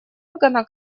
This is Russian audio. органа